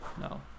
no